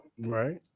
Right